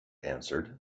answered